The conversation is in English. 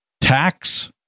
tax